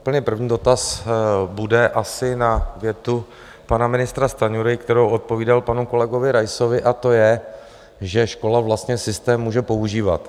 Úplně první dotaz bude asi na větu pana ministra Stanjury, kterou odpovídal panu kolegovi Raisovi, a to je, že škola vlastně systém může používat.